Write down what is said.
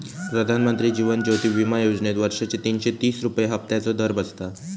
प्रधानमंत्री जीवन ज्योति विमा योजनेत वर्षाचे तीनशे तीस रुपये हफ्त्याचो दर बसता